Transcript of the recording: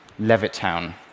Levittown